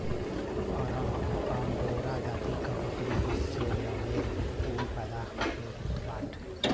angora जाति क बकरी से मोहेर ऊन पैदा होत बाटे